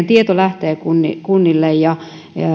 tieto lähtee kunnille kunnille ja